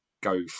go